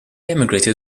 emigrated